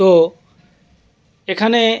তো এখানে